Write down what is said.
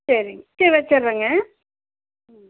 சரிங்க சரி வச்சுட்றேங்க ம்